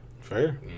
fair